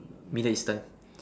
middle Eastern